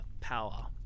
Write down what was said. power